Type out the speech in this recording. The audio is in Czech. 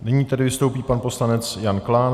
Nyní tedy vystoupí pan poslanec Jan Klán...